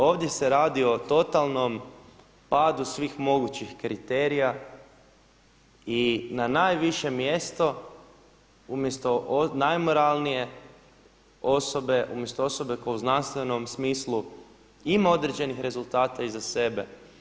Ovdje se radi o totalnom padu svih mogućih kriterija i na najviše mjesto umjesto najmoralnije osobe, umjesto osobe koja u znanstvenom smislu ima određenih rezultata iza sebe.